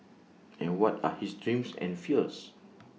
and what are his dreams and fears